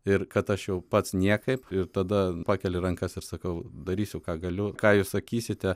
ir kad aš jau pats niekaip ir tada pakeliu rankas ir sakau darysiu ką galiu ką jūs sakysite